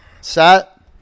Set